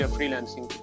Freelancing